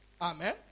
Amen